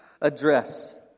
address